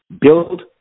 build